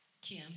Kim